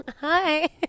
hi